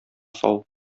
сау